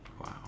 Wow